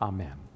Amen